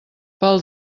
pel